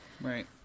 Right